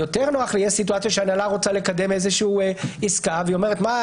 אם תהיה סיטואציה שההנהלה רוצה לקדם איזה שהיא עסקה והיא אומרת: מה,